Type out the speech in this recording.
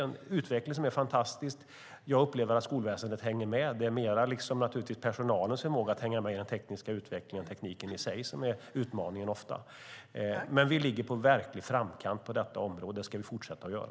Utvecklingen är fantastisk, och jag upplever att skolväsendet hänger med. Ofta är det snarare personalens förmåga att hänga med i den tekniska utvecklingen än tekniken i sig som är utmaningen. Vi ligger verkligen i framkant på detta område, och det ska vi fortsätta att göra.